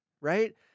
right